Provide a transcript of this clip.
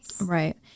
right